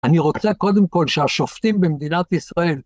אני רוצה קודם כל שהשופטים במדינת ישראל